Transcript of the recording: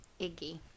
Iggy